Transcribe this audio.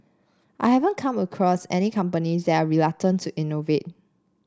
I haven't come across any companies that are reluctant to innovate